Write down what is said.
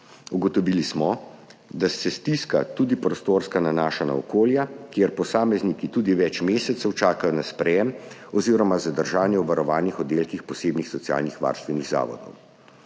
Ugotovili smo, da se stiska, tudi prostorska, nanaša na okolja, kjer posamezniki tudi več mesecev čakajo na sprejem oziroma zadržanje v varovanih oddelkih posebnih socialnovarstvenih zavodov.